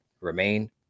Remain